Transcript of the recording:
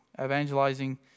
evangelizing